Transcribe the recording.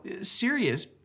serious